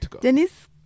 Denise